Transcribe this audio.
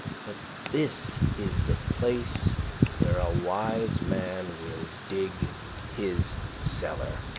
but this is the place where a wise man will dig his cellar.